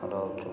ରହୁଛୁ